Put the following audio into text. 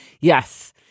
Yes